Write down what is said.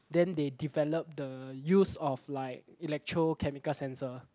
then they develop the use of like electrochemical sensor